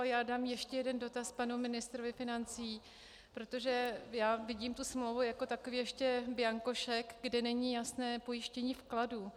Já dám ještě jeden dotaz panu ministrovi financí, protože já vidím smlouvu jako takový ještě bianko šek, kde není jasné pojištění vkladů.